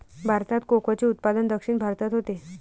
भारतात कोकोचे उत्पादन दक्षिण भारतात होते